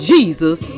Jesus